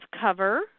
cover